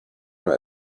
nur